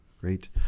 Great